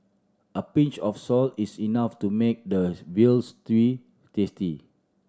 a pinch of salt is enough to make the veal stew tasty